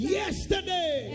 yesterday